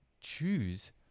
choose